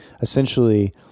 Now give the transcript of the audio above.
essentially